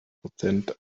prozent